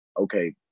okay